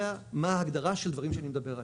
מה ההגדרה של הדברים שאני מדבר עליהם.